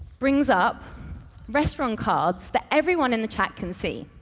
brings up restaurant cards that everyone in the chat can see.